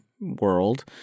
world